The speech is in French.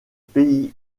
pays